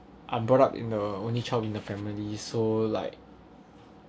I'm brought up in a only child in the family so like